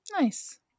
Nice